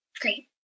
Great